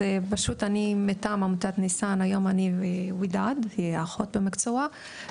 אני מטעם עמותת ניסאן, אני וודאד פה, אחות במקצוע.